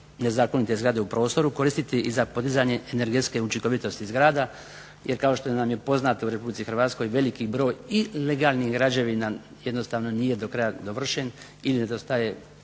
nezakonite zgrade u prostoru koristiti i za podizanje energetske učinkovitosti zgrada jer kao što nam je poznato, u Republici Hrvatskoj veliki broj i legalnih građevina jednostavno nije do kraja dovršen ili nedostaje